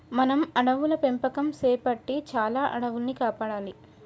మనం అడవుల పెంపకం సేపట్టి చాలా అడవుల్ని కాపాడాలి